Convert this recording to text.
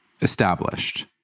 established